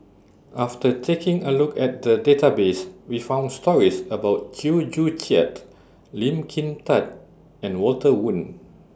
after taking A Look At The Database We found stories about Chew Joo Chiat Lee Kin Tat and Walter Woon